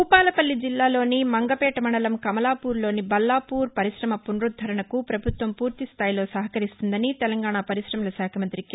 భూపాలపల్లి జిల్లాలోని మంగపేట మండలం కమలాపూర్లోని బల్లార్పూర్ పరిశమ పునరుద్దరణకు ప్రభుత్వం పూర్తిస్తాయిలో సహకరిస్తుందని తెలంగాణా పరిశమల శాఖ మంతి కె